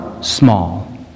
small